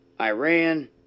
Iran